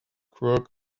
crook